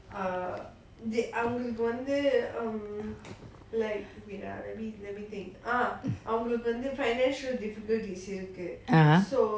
(uh huh)